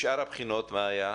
בשאר הבחינות מה היה?